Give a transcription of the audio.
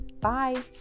bye